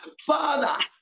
Father